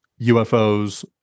UFOs